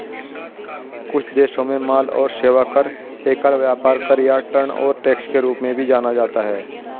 कुछ देशों में माल और सेवा कर, एकल व्यापार कर या टर्नओवर टैक्स के रूप में भी जाना जाता है